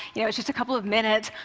you know it's just a couple of minutes.